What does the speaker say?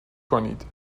کنید